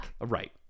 Right